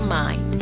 mind